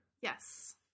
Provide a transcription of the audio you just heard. Yes